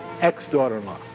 ex-daughter-in-law